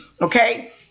okay